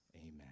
Amen